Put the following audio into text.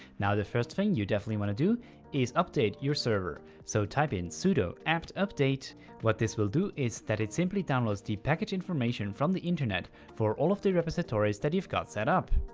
now the first thing you definitely want to do is update your server, so type in sudo apt update what this will do is that it simply downloads the package information from the internet for all of the repositories that you've got set up.